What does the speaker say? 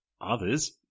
Others